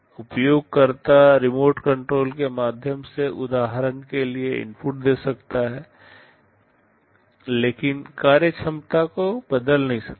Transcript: उपयोगकर्ता remote control के माध्यम से उदाहरण के लिए इनपुट दे सकता है लेकिन कार्यक्षमता को बदल नहीं सकता है